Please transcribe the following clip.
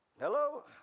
Hello